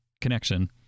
connection